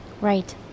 Right